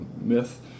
myth